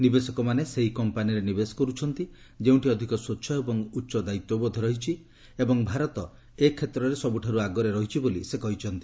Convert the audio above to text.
ନିବେଶକମାନେ ସେହି କମ୍ପାନୀରେ ନିବେଶ କରୁଛନ୍ତି ଯେଉଁଠି ଅଧିକ ସ୍ୱଚ୍ଚ ଏବଂ ଉଚ୍ଚ ଦାୟିତ୍ୱବୋଧ ରହିଛି ଏବଂ ଭାରତ ଏ କ୍ଷେତ୍ରରେ ସବୁଠାରୁ ଆଗରେ ରହିଛି ବୋଲି ସେ କହିଛନ୍ତି